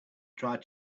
tried